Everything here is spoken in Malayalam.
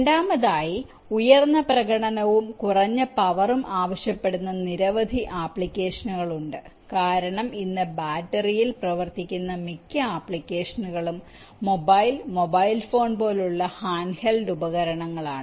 രണ്ടാമതായി ഉയർന്ന പ്രകടനവും കുറഞ്ഞ പവറും ആവശ്യപ്പെടുന്ന നിരവധി ആപ്ലിക്കേഷനുകൾ ഉണ്ട് കാരണം ഇന്ന് ബാറ്ററിയിൽ പ്രവർത്തിക്കുന്ന മിക്ക ആപ്ലിക്കേഷനുകളും മൊബൈൽ മൊബൈൽ ഫോണുകൾ പോലുള്ള ഹാൻഡ്ഹെൽഡ് ഉപകരണങ്ങളാണ്